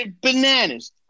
Bananas